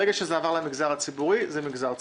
ברגע שזה עבר למגזר הציבורי, זה מגזר ציבורי,